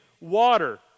water